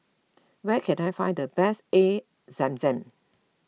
where can I find the best Air Zam Zam